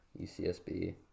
UCSB